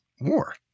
war